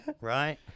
Right